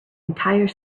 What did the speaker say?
entire